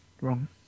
wrong